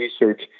research